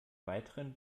weiteren